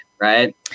right